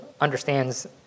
understands